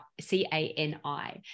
C-A-N-I